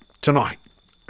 tonight